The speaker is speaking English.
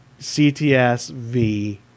CTS-V